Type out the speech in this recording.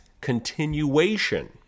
continuation